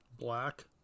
Black